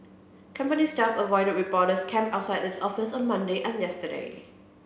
company staff avoided reporters camped outside its office on Monday and yesterday